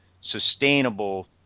sustainable